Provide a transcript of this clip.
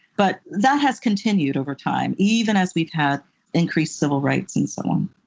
but that has continued over time, even as we've had increased civil rights, and so on.